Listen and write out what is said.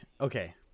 okay